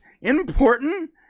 important